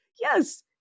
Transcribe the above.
Yes